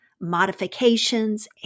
modifications